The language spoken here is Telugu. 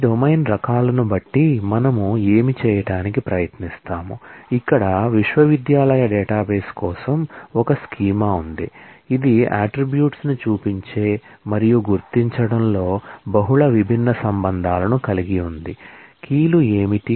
ఈ డొమైన్ రకాలను బట్టి మనము ఏమి చేయటానికి ప్రయత్నిస్తాము ఇక్కడ విశ్వవిద్యాలయ డేటాబేస్ కోసం ఒక స్కీమా ఉంది ఇది అట్ట్రిబ్యూట్స్ ను చూపించే మరియు గుర్తించడంలో బహుళ విభిన్న రిలేషన్లను కలిగి ఉంది కీ లు ఏమిటి